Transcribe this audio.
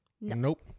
nope